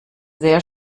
sehr